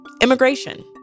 Immigration